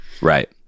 Right